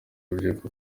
urubyiruko